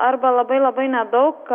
arba labai labai nedaug